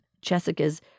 Jessica's